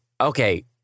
okay